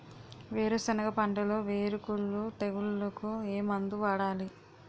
వేరుసెనగ పంటలో వేరుకుళ్ళు తెగులుకు ఏ మందు వాడాలి?